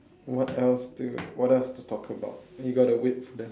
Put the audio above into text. what else do you what else to talk about you got to wait for them